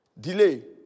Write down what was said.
Delay